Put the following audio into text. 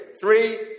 Three